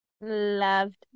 loved